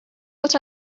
what